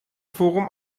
forum